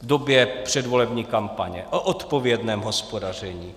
v době předvolební kampaně o odpovědném hospodaření.